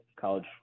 college